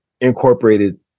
incorporated